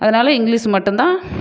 அதனால் இங்கிலீஷ் மட்டும்தான்